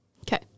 Okay